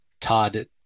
Todd